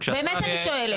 באמת אני שואלת.